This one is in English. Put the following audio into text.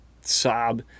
sob